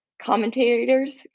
commentators